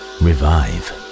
revive